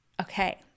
okay